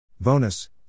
Bonus